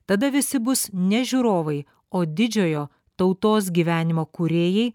tada visi bus ne žiūrovai o didžiojo tautos gyvenimo kūrėjai